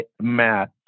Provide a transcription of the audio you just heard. Matt